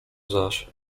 zaś